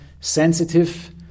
sensitive